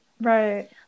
Right